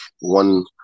one